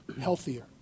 healthier